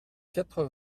quatre